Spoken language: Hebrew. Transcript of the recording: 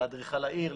לאדריכל העיר,